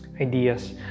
ideas